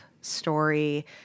story